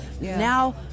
Now